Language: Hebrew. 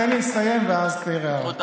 תן לי לסיים ואז תעיר הערות.